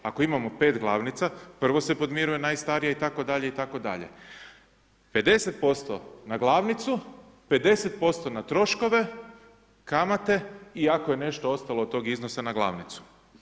Ako imamo 5 glavnica prvo se podmiruje najstarije itd., itd. 50% na glavnicu, 50% na troškove, kamate i ako je nešto ostalo od tog iznosa na glavnicu.